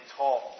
talk